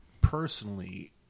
Personally